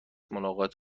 ملاقات